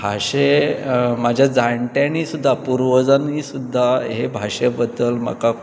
भाशे म्हाज्या जाणट्यांनी सुद्दा पुर्वजांनी सुद्दा हे भाशे बद्दल म्हाका